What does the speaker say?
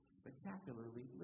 spectacularly